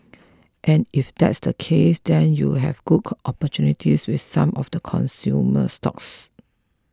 and if that's the case then you have good opportunities with some of the consumer stocks